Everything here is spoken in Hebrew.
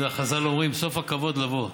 אתה יודע, חז"ל אומרים, סוף הכבוד לבוא.